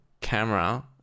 camera